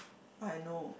what I know